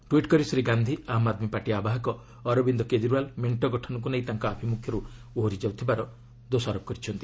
tweet କରି Shri Gandhi Aam Aadmi party ଆବାହକ ଅରବିନ୍ଦ୍ କେଜରିୱାଲ୍ ମେଣ୍ଟ ଗଠନକୁ ନେଇ ତାଙ୍କ ଆଭିମୁଖ୍ୟରୁ ଓହରି ଯାଇଥିବାର ଦୋଷାରୋପ କରିଛନ୍ତି